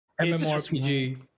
MMORPG